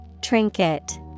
Trinket